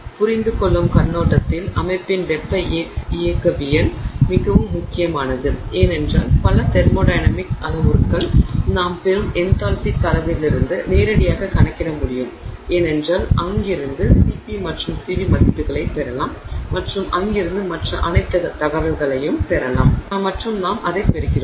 புரிந்துகொள்ளும் கண்ணோட்டத்தில் அமைப்பின் வெப்ப இயக்கவியல் மிகவும் முக்கியமானது ஏனென்றால் பல தெர்மோடையனமிக்ஸ் அளவுருக்கள் நாம் பெறும் என்தால்பி தரவிலிருந்து நேரடியாக கணக்கிட முடியும் ஏனென்றால் அங்கிருந்து Cp மற்றும் Cv மதிப்புகளைப் பெறுவோம் மற்றும் அங்கிருந்து மற்ற அனைத்து தகவல்களையும் பெறுகிறோம்